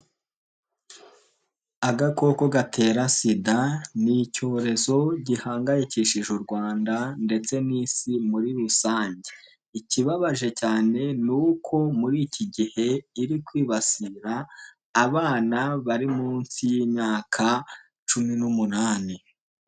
Agakoko gatera sida ni icyorezo gihangayikishije u Rwanda ndetse n'isi muri rusange, ikibabaje cyane ni uko muri iki gihe iri kwibasira abana bari munsi y'imyaka cumi n'umunani.